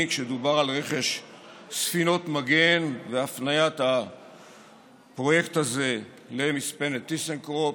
כשדובר על רכש ספינות מגן והפניית הפרויקט הזה למספנת טיסנקרופ,